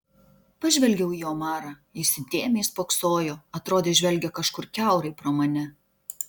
pažvelgiau į omarą jis įdėmiai spoksojo atrodė žvelgia kažkur kiaurai pro mane